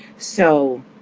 so